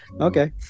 Okay